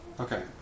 Okay